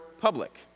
public